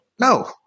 No